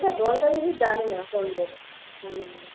ওদের দলটা আমি ঠিক জানি না